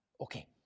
Okay